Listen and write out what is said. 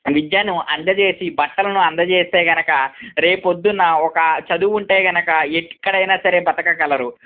విద్యను అందచేసి బట్టలను అందచేస్తే కనుక రేపు పొద్దున ఒక చదువు ఉంటే కనుక ఎక్కడైనా సరే బతకగలరు